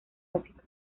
música